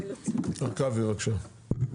הרכבי, בבקשה.